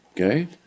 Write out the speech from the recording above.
okay